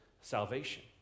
salvation